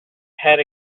head